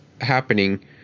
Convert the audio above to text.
happening